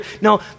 No